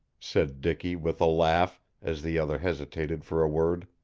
said dicky with a laugh, as the other hesitated for a word.